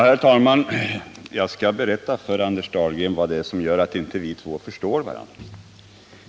Herr talman! Jag skall berätta för Anders Dahlgren vad som gör att vi två inte förstår varandra.